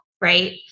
Right